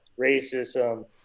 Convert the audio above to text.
racism